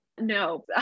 No